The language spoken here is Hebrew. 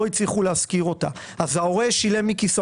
הצליחו להשכיר אותה אז ההורה שילם מכיסו.